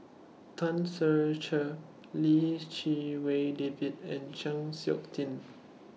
Tan Ser Cher Lim Chee Wai David and Chng Seok Tin